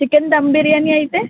chicken dum biryani అయితే